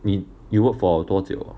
你 work for 多久